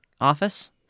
Office